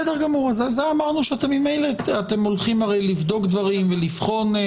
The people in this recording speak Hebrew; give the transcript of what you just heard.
זה אמרנו שאתם ממילא הולכים לבדוק דברים ולבחון.